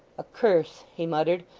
a curse he muttered,